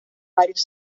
varios